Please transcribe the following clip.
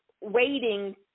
waiting